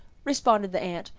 responded the aunt,